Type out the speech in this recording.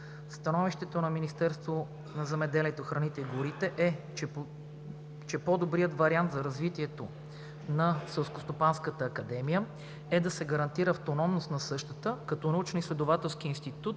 Становището на Министерството на земеделието, храните и горите е, че по-добрият вариант за развитие на ССА е да се гарантира автономност на същата като научно изследователски институт